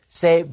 say